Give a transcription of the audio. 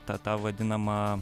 tą tą vadinamą